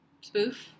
spoof